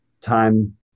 time